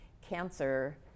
cancer